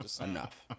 Enough